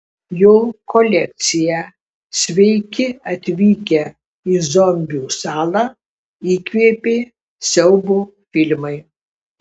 jo kolekciją sveiki atvykę į zombių salą įkvėpė siaubo filmai